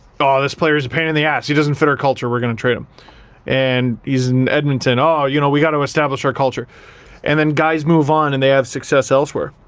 ah this player is a pain in the ass, he doesn't fit our culture, we're gonna trade him and, he's in edmonton, oh, you know we gotta establish our culture and then guys move on and they have success elsewhere.